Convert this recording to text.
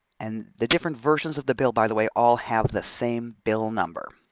and the different versions of the bill, by the way, all have the same bill number.